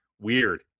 weird